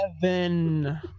Seven